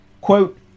Quote